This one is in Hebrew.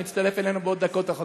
שמצטרף אלינו בעוד דקות אחדות.